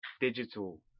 digital